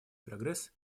прогресс